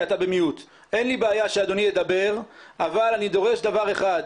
דורש דבר אחד,